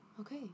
Okay